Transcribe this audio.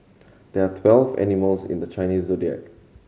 there are twelve animals in the Chinese Zodiac